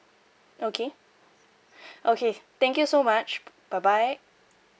okay okay thank you so much bye bye